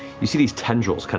you see these tendrils